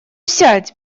сядь